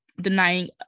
denying